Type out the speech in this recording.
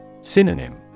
Synonym